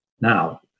now